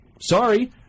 sorry